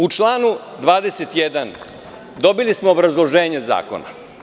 U članu 21, dobili smo obrazloženje zakona.